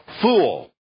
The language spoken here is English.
fool